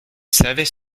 savait